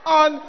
on